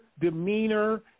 demeanor